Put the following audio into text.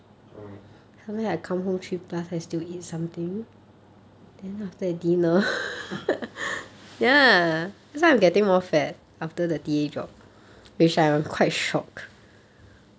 ah